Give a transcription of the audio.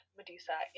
Medusa